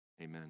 Amen